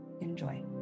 Enjoy